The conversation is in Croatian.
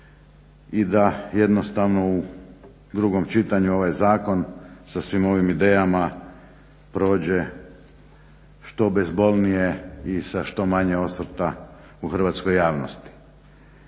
i da jednostavno u drugom čitanju ovaj zakon sa svim ovim idejama prođe što bezbolnije i sa što manje osvrta u hrvatskoj javnosti.